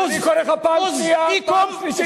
סיים את דבריך.